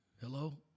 hello